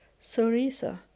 Sorisa